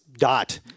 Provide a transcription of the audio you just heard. dot